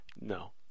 no